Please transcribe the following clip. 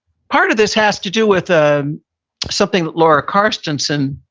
part of this has to do with ah something that laura carstensen,